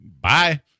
bye